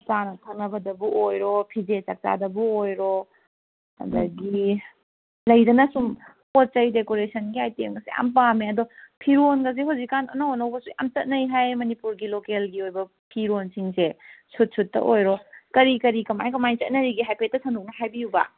ꯆꯥꯅ ꯊꯛꯅꯕꯗꯕꯨ ꯑꯣꯏꯔꯣ ꯐꯤꯖꯦꯠ ꯆꯛꯆꯥꯗꯕꯨ ꯑꯣꯏꯔꯣ ꯑꯗꯒꯤ ꯂꯩꯗꯅ ꯁꯨꯝ ꯄꯣꯠ ꯆꯩ ꯗꯦꯀꯣꯔꯦꯁꯟꯒꯤ ꯑꯥꯏꯇꯦꯝꯒꯁꯦ ꯌꯥꯝ ꯄꯥꯝꯃꯦ ꯑꯗꯣ ꯐꯤꯔꯣꯟꯒꯖꯦ ꯍꯧꯖꯤꯛꯀꯥꯟ ꯑꯅꯧ ꯑꯅꯧꯕꯁꯨ ꯌꯥꯝ ꯆꯠꯅꯩ ꯍꯥꯏ ꯃꯅꯤꯄꯨꯔꯒꯤ ꯂꯣꯀꯦꯜꯒꯤ ꯑꯣꯏꯕ ꯐꯤꯔꯣꯟꯁꯤꯡꯁꯦ ꯁꯨꯠ ꯁꯨꯠꯇ ꯑꯣꯏꯔꯣ ꯀꯔꯤ ꯀꯔꯤ ꯀꯃꯥꯏ ꯀꯃꯥꯏ ꯆꯠꯅꯔꯤꯒꯦ ꯍꯥꯏꯐꯦꯠꯇ ꯁꯟꯗꯣꯛꯅ ꯍꯥꯏꯕꯤꯌꯨꯕ